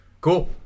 cool